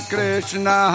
Krishna